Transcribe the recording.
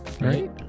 right